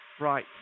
Right